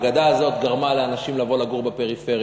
האגדה הזאת גרמה לאנשים לבוא לגור בפריפריה.